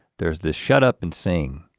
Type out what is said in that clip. there's this shut up and sing.